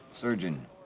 Surgeon